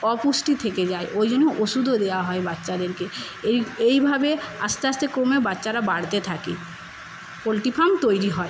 অপুষ্টি থেকে যায় ওইজন্য ওষুধও দেওয়া হয় বাচ্চাদেরকে এই এইভাবে আসতে আসতে ক্রমে বাচ্চারা বাড়তে থাকে পোলট্রি ফার্ম তৈরি হয়